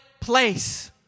place